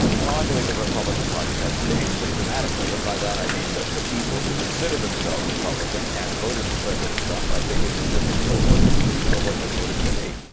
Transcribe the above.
well, i believe the republican party has changed pretty dramatically, and by that i mean the the people who consider themselves republican and voted for president trump, i think it's a different cohort than the cohort that voted for me.